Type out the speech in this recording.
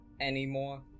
anymore